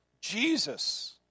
Jesus